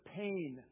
pain